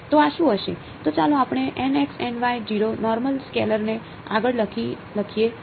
તો ચાલો આપણે નોર્મલ સ્કેલર ને આગળ લખીએ